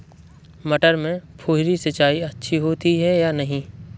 मटर में फुहरी सिंचाई अच्छी होती है या नहीं?